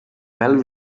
mel